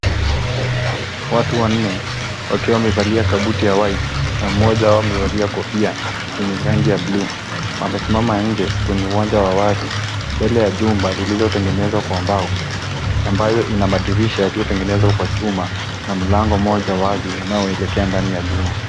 Watu wanne wakiwa wamevalia kabuti ya white na mmoja wao amevalia kofia yenye rangi ya bluu. Wamesimama nje kwenye uwanja wa wazi mbele ya jumba lililotengenezwa kwa mbao ambayo ina madirisha yaliyotengenezwa kwa chuma na mlango mmoja wazi unaoelekea ndani ya nyumba.